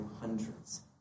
hundreds